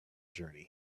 journey